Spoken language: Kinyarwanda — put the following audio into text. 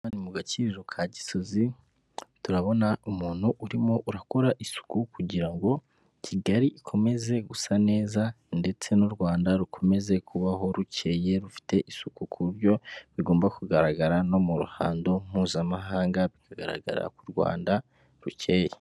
Aha ni mu gaciro ka gisozi turabona umuntu urimo urakora isuku kugira ngo Kigali ikomeze gusa neza, ndetse n'u Rwanda rukomeze kubaho rukeye rufite isuku ku buryo bigomba kugaragara no mu ruhando mpuzamahanga, bikagaragara ko u Rwanda rukeye.